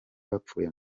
bapfuye